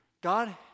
God